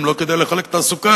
אם לא כדי לחלק תעסוקה?